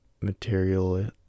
material